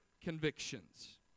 convictions